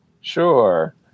Sure